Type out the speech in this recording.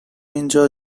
اینجا